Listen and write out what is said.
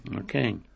Okay